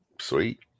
Sweet